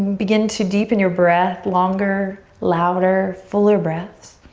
begin to deepen your breath. longer, louder, fuller breaths.